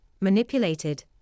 manipulated